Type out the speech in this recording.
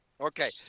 Okay